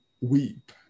weep